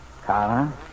Carla